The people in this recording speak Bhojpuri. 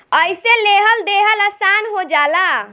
अइसे लेहल देहल आसन हो जाला